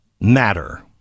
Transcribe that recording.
matter